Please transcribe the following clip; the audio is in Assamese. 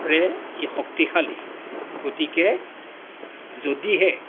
ৰে ই শক্তিশালী গতিকে যদিহে